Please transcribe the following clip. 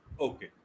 Okay